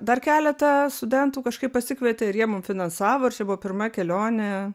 dar keletą studentų kažkaip pasikvietė ir jie mum finansavo ir čia buvo pirma kelionė